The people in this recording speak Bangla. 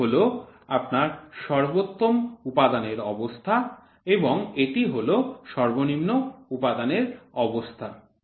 এটি হল আপনার সর্বোত্তম উপাদানের অবস্থা এবং এটি হল সর্বনিম্ন উপাদানের অবস্থা